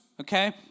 okay